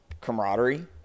camaraderie